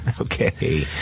Okay